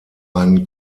einen